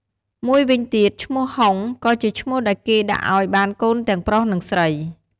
មួយវិញទៀតឈ្មោះហុង ក៏ជាឈ្មោះដែលគេដាក់អោយបានកូនទាំងប្រុសនិងស្រី។